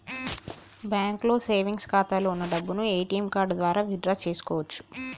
బ్యాంకులో సేవెంగ్స్ ఖాతాలో వున్న డబ్బును ఏటీఎం కార్డు ద్వారా విత్ డ్రా చేసుకోవచ్చు